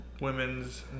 women's